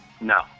No